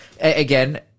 again